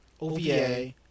OVA